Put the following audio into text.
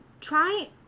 try